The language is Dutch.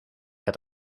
het